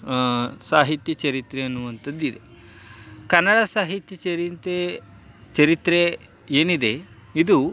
ಸಾಹಿತ್ಯ ಚರಿತ್ರೆ ಅನ್ನುವಂತದ್ದಿದೆ ಕನ್ನಡ ಸಾಹಿತ್ಯ ಚರಿತ್ರೆ ಚರಿತ್ರೆ ಏನಿದೆ ಇದು